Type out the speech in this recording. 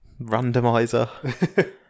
randomizer